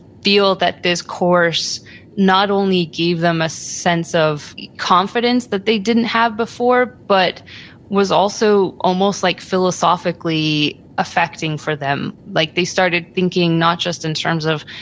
feel that this course not only gave them a sense of confidence that they didn't have before, but was also almost like philosophically affecting for them. like they started thinking not just in terms of,